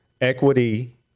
equity